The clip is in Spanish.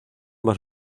más